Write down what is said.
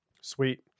Sweet